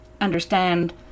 understand